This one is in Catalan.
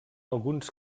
alguns